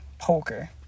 poker